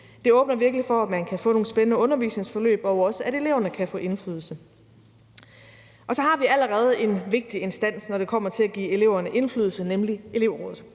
Det åbner virkelig for, at man kan få nogle spændende undervisningsforløb, og også, at eleverne kan få indflydelse. Vi har allerede en vigtig instans, når det kommer til at give eleverne indflydelse, nemlig elevrådet.